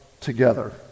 together